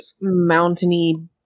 mountainy